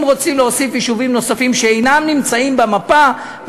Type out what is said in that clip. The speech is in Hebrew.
אם רוצים להוסיף יישובים שאינם נמצאים במפה,